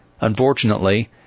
Unfortunately